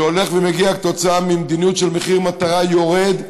שהולך ומגיע כתוצאה ממדיניות של מחיר מטרה יורד.